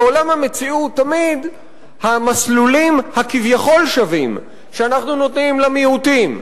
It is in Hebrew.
בעולם המציאות תמיד המסלולים הכביכול-שווים שאנחנו נותנים למיעוטים,